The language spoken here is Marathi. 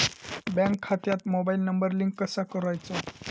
बँक खात्यात मोबाईल नंबर लिंक कसो करायचो?